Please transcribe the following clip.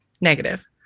negative